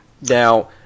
now